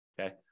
Okay